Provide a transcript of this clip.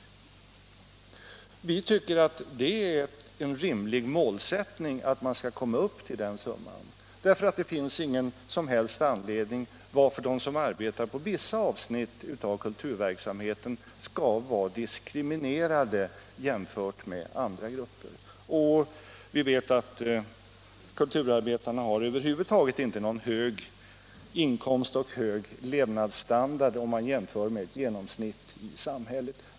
Vi tycker att det är en rimlig målsättning att komma upp till den summan. Det finns ingen som helst anledning till att de som arbetar på vissa avsnitt av kulturverksamheten skall vara diskriminerade jämfört med andra grupper. Vi vet att kulturarbetarna över huvud taget inte har någon hög inkomst eller någon hög levnadsstandard om man jämför med ett genomsnitt i samhället.